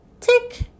tick